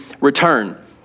return